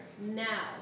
now